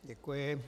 Děkuji.